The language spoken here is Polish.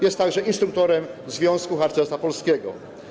Jest także instruktorem Związku Harcerstwa Polskiego.